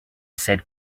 said